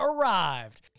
arrived